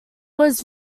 was